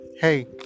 Hey